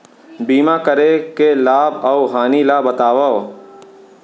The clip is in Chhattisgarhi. बीमा करे के लाभ अऊ हानि ला बतावव